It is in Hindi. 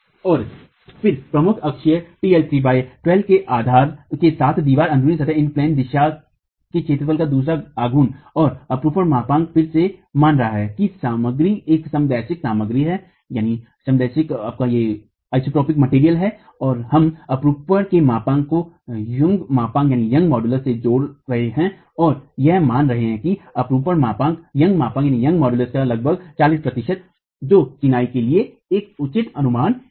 और फिर प्रमुख अक्ष tL3 12 के साथ दीवार अन्ध्रुनी सतह दिशा के क्षेत्रफल का दूसरा आघूर्ण और अपरूपण मापांक फिर से मान रहा है कि सामग्री एक समदैशिक सामग्री है हम अपरूपण के मापांक को यंग मापांक Young's modulus से जोड़ रहे हैं और यह मानते हैं कि अपरूपण मापांक यंग मापांक Young's modulus का लगभग 40 प्रतिशत है जो चिनाई के लिए एक उचित अनुमान है